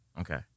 Okay